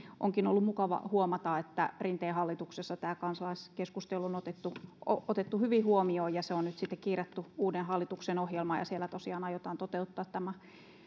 onkin ollut mukava huomata että rinteen hallituksessa tämä kansalaiskeskustelu on otettu hyvin huomioon ja se on nyt sitten kirjattu uuden hallituksen ohjelmaan ja siellä tosiaan aiotaan toteuttaa tämä